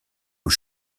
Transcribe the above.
aux